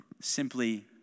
Simply